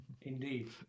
Indeed